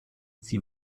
sie